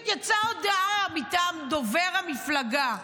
יצאה הודעה מטעם דובר המפלגה.